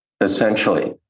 essentially